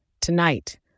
Tonight